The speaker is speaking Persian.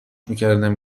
میکردم